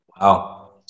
Wow